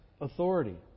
authority